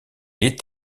est